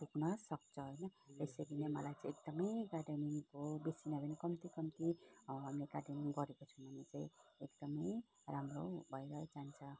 पुग्नसक्छ होइन त्यसरी नै मलाई चाहिँ एकदमै गार्डनिङको बेसी नभए नि कम्ती कम्ती हामीले गार्डनिङ गरेको छौँ भने चाहिँ एकदमै राम्रो भएर जान्छ